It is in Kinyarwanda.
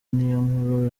niyonkuru